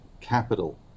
capital